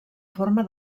forma